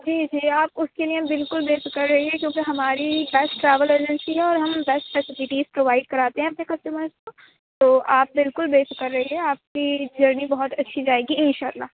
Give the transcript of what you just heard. جی جی آپ اُس کے لیے ہم بالکل بے فکر رہیے کیونکہ ہماری دس ٹریول ایجنسی ہیں اور ہم دس فیسیلٹیز پرووائڈ کراتے ہیں اپنے کسٹمرز کو تو آپ بالکل بے فکر رہیے آپ کی جرنی بہت اچھی جائے گی اِنشاء اللہ